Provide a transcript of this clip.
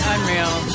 Unreal